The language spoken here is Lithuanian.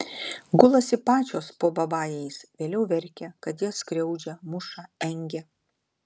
gulasi pačios po babajais vėliau verkia kad jas skriaudžia muša engia